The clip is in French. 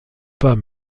pas